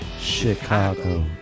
Chicago